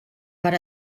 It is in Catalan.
per